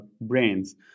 brains